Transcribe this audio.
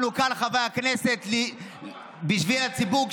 אנחנו כאן, חברי הכנסת, בשביל הציבור.